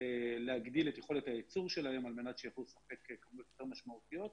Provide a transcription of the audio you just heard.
להגדיל את יכולת הייצור שלהם על מנת שיוכלו לספק כמויות יותר משמעותיות,